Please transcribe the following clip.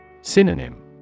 Synonym